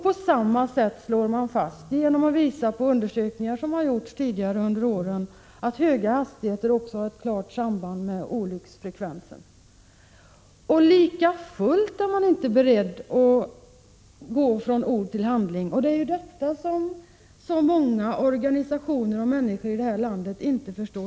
Genom att hänvisa till undersökningar som har gjorts under tidigare år slår man också fast att höga hastigheter har ett klart samband med olycksfallsfrekvensen. Likafullt är man inte beredd att gå från ord till handling. Det är detta som många organisationer och människor i vårt land inte kan förstå.